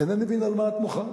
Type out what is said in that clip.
אינני מבין על מה את מוחה.